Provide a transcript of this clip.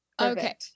Okay